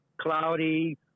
cloudy